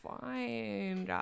fine